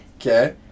Okay